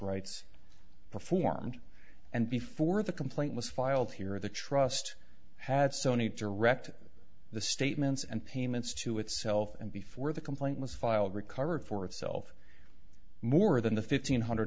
rights performed and before the complaint was filed here the trust had sony direct the statements and payments to itself and before the complaint was filed recover for itself more than the fifteen hundred